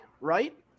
right